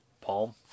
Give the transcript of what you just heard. Palm